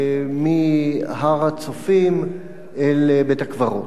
מהר-הצופים אל בית-הקברות.